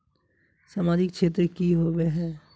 सामाजिक क्षेत्र की होबे है?